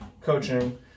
coaching